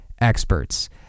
experts